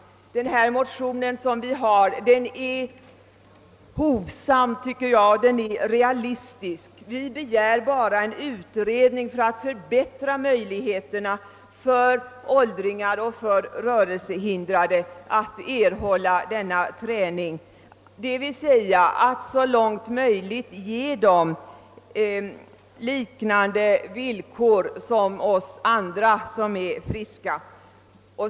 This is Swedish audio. Den motion vi väckt är, tycker jag, hovsam och realistisk. Vi begär bara en utredning för att förbättra möjligheterna för rörelsehindrade att erhålla rörelseträning — man skall alltså så långt "möjligt ge vederbörande samma villkor som de som är friska.